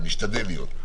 משתדל להיות.